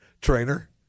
trainer